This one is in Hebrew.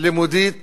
לימודית